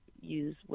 use